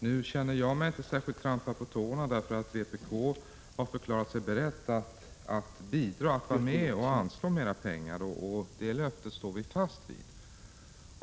Nu känner jag mig inte särskilt trampad på tårna, eftersom vpk har förklarat sig berett att bidra härvidlag och vara med om att föreslå att mera pengar anslås. Det löftet står vi fast vid.